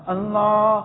Allah